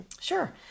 Sure